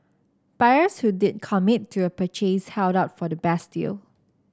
buyers who did commit to a purchase held out for the best deal